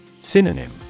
Synonym